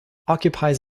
occupies